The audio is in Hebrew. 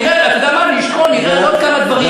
אתה יודע, נראה עוד כמה דברים.